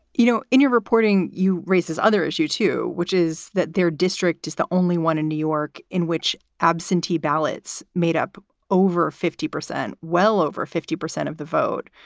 you know, in your reporting, you raise this other issue, too, which is that their district is the only one in new york in which absentee ballots made up over fifty percent, well over fifty percent of the vote,